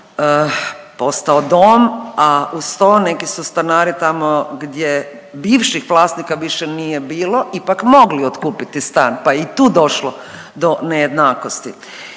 postao dom, a uz to neki su stanari tamo gdje bivših vlasnika više nije bilo ipak mogli otkupiti stan, pa je i tu došlo do nejednakosti.